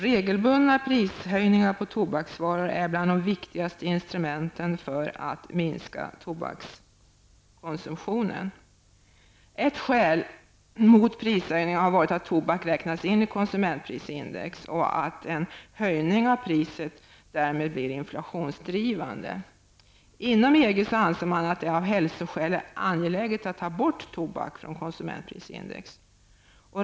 Regelbundna prishöjningar på tobaksvaror är bland de viktigaste instrumenten för att minska tobakskonsumtionen. Ett skäl mot prishöjningar har varit att tobak räknas in i konsumentprisindex och att en höjning av priset därmed blir inflationsdrivande. Inom EG anser man att det av hälsoskäl är angeläget att ta bort tobak från konsumentprisindex.